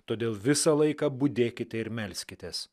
todėl visą laiką budėkite ir melskitės